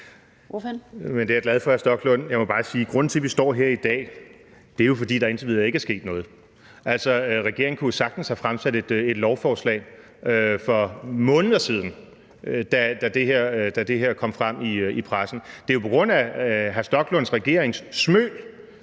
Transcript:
grunden til, at vi står her i dag, jo er, at der indtil videre ikke er sket noget. Regeringen kunne jo sagtens have fremsat et lovforslag for måneder siden, da det her kom frem i pressen. Det er jo på grund af hr. Rasmus Stoklunds regerings smøl,